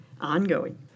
Ongoing